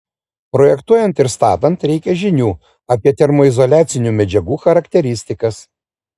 projektuojant ir statant reikia žinių apie termoizoliacinių medžiagų charakteristikas